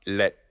let